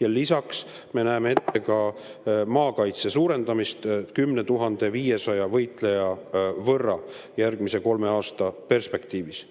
Ja lisaks me näeme ette ka maakaitse suurendamist 10 500 võitleja võrra järgmise kolme aasta perspektiivis.